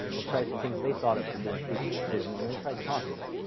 they tried some things they thought of for doing tapered precision, and they tried posits.